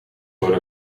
door